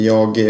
Jag